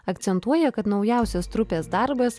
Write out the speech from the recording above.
akcentuoja kad naujausias trupės darbas